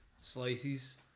slices